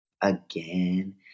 again